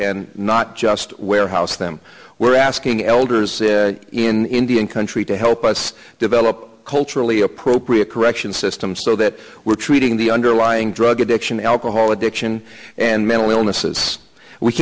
and not just warehouse them we're asking elders in indian country to help us develop a culturally appropriate corrections system so that we're treating the underlying drug addiction alcohol addiction and mental illnesses we